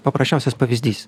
paprasčiausias pavyzdys